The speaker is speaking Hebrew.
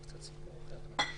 או שעדיף לעשות אותו בנפרד.